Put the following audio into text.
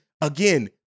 again